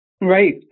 Right